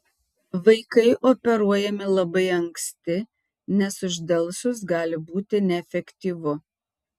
vaikai operuojami labai anksti nes uždelsus gali būti neefektyvu